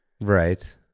right